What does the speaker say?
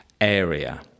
area